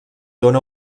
dóna